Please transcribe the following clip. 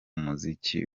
muziki